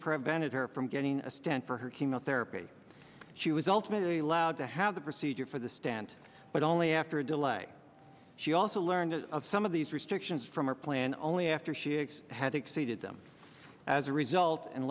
prevented her from getting a stent for her chemotherapy she was ultimately led to have the procedure for the stand but only after a delay she also learned of some of these restrictions from her plan only after she had exceeded them as a result and